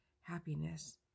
happiness